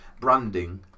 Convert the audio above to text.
branding